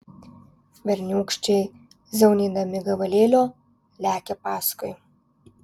berniūkščiai zaunydami gabalėlio lekia paskui